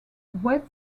wet